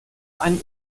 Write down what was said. einen